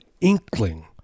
inkling